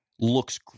looks